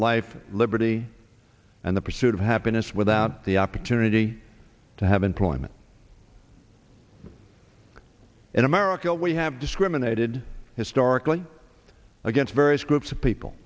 life liberty and the pursuit of happiness without the opportunity to have employment in america we have discriminated historically against various groups of people